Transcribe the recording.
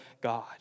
God